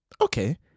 Okay